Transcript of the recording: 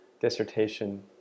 dissertation